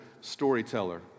storyteller